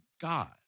God